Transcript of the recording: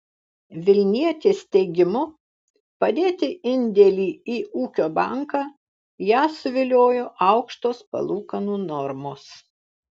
vilnietės teigimu padėti indėlį į ūkio banką ją suviliojo aukštos palūkanų normos